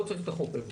לא צריך את החוק הזה.